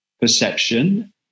perception